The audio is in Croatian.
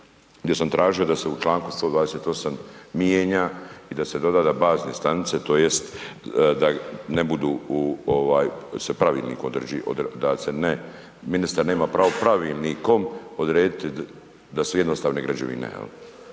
gdje sam tražio da se u čl. 128. mijenja i da se doda da bazne stanice, tj. da ne budu u ovaj se pravilnikom određi da se ne ministar nema pravo pravilnikom odrediti da su jednostavne građevine.